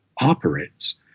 operates